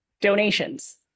donations